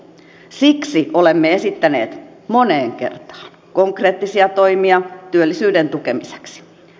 siksi olemme esittäneet moneen kertaan konkreettisia toimia työllisyyden tukemiseksi